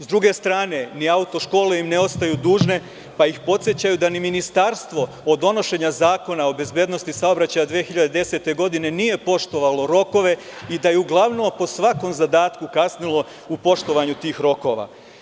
S druge strane, ni auto škole im ne ostaju dužne, pa ih podsećaju da ni ministarstvo od donošenja Zakona o bezbednosti saobraćaja 2010. godine, nije poštovalo rokove i da je uglavnom po svakom zadatku kasnilo u poštovanju tih rokova.